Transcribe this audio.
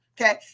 okay